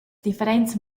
differents